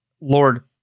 Lord